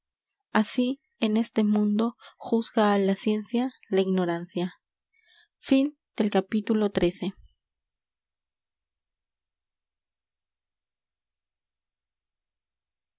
así en este mundo j u g a á la ciencia la ignorancia